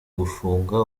gufunga